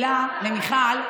אני רק חייבת להגיד מילה למיכל.